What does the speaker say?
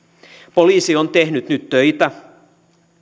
poliisi on tehnyt nyt töitä